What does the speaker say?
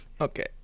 Okay